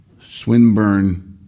Swinburne